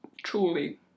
truly